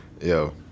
Yo